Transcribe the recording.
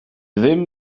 ddim